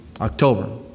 October